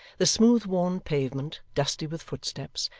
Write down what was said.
the smooth-worn pavement, dusty with footsteps,